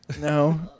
No